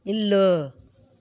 ఇళ్ళు